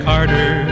Carter